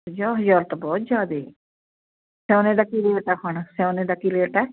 ਪੰਜਾਹ ਹਜ਼ਾਰ ਤਾਂ ਬਹੁਤ ਜ਼ਿਆਦੇ ਸੋਨੇ ਦਾ ਕੀ ਰੇਟ ਆ ਹੁਣ ਸੋਨੇ ਦਾ ਕੀ ਰੇਟ ਹੈ